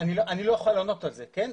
אני לא יכול לענות על זה, כן?